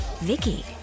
Vicky